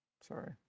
Sorry